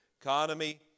economy